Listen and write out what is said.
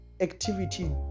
activity